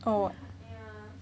yeah yeah